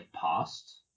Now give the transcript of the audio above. past